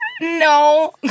No